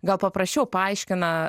gal paprasčiau paaiškina